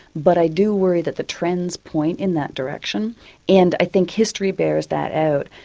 but i do worry that the trends point in that direction and i think history bears that out.